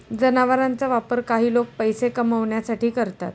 जनावरांचा वापर काही लोक पैसे कमावण्यासाठी करतात